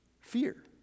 Fear